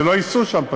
שלא ייסעו שם,